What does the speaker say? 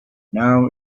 now